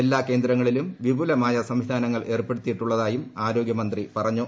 എല്ലാ കേന്ദ്രങ്ങളിലും വിപുലമായ സംവിധാനങ്ങൾ ഏർപ്പെടുത്തിയിട്ടുളളതായും ആരോഗ്യമന്ത്രി പറഞ്ഞു